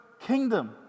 kingdom